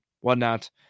whatnot